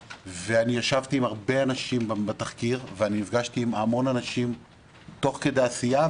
ישבתי עם הרבה אנשים בתחקיר ונפגשתי עם המון אנשים תוך כדי עשייה,